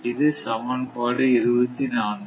இது சமன்பாடு 24